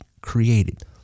created